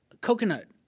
coconut